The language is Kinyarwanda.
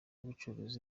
ubucuruzi